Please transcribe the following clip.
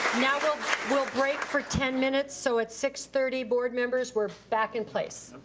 now we'll we'll break for ten minutes, so at six thirty, board members, we're back in place. okay,